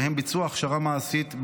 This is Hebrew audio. והם ביצוע הכשרה מעשית,